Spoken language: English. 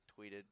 tweeted –